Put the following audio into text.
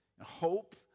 hope